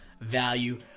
value